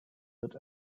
wird